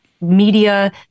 media